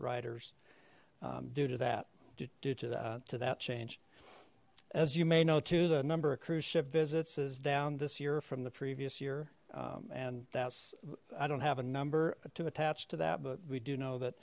writers do to that to do to that to that change as you may know to the number of cruise ship visits is down this year from the previous year and that's i don't have a number to attach to that but we do know that